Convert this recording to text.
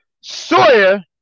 Sawyer